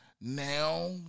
Now